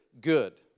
good